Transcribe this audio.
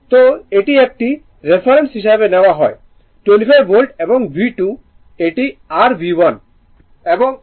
সুতরাং এটি একটি রেফারেন্স হিসাবে নেওয়া হয় 25 ভোল্ট এবং V2 এটি r V1